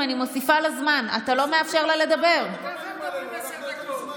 אני לא למדתי ליבה, לא אתם.